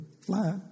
fly